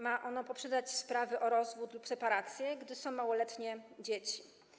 Ma ono poprzedzać sprawy o rozwód lub separację, gdy są małoletnie dzieci.